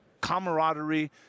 camaraderie